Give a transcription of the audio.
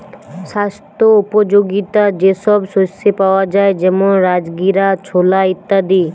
স্বাস্থ্য উপযোগিতা যে সব শস্যে পাওয়া যায় যেমন রাজগীরা, ছোলা ইত্যাদি